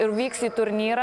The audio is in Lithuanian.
ir vyks į turnyrą